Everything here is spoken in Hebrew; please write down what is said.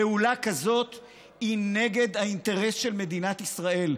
פעולה כזאת היא נגד האינטרסים של מדינת ישראל.